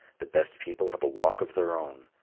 the best people have a walk of their own,